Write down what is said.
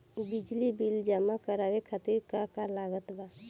बिजली बिल जमा करावे खातिर का का लागत बा?